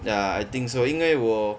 ya I think so 应为我